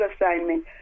assignment